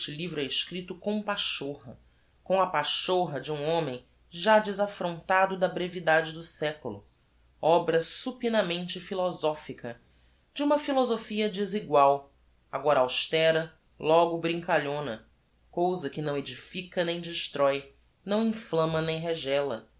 livro é escripto com pachorra com a pachorra de um homem já desaffrontado da brevidade do seculo obra supinamente philosophica de uma philosophia desegual agora austera logo brincalhona cousa que não edifica nem destróe não inflamma nem regéla